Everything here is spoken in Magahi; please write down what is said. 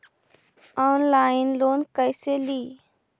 ऑनलाइन लोन कैसे ली?